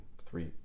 three